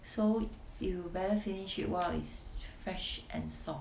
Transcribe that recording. so you better finish it while it's fresh and soft